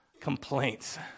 complaints